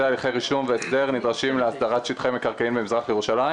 הליכי רישום והסדר הנדרשים להסדרת שטחי מקרקעין במזרח ירושלים,